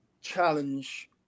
challenge